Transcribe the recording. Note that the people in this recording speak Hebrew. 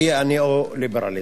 שהיא ניאו-ליברליזם.